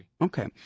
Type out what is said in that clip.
Okay